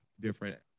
different